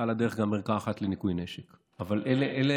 ועל הדרך גם ערכה אחת לניקוי נשק.